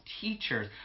teachers